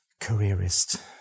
careerist